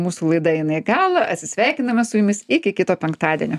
mūsų laida eina į galą atsisveikiname su jumis iki kito penktadienio